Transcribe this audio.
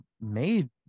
made